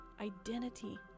identity